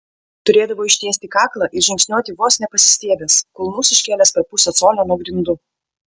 turėdavo ištiesti kaklą ir žingsniuoti vos ne pasistiebęs kulnus iškėlęs per pusę colio nuo grindų